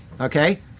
Okay